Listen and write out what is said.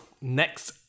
next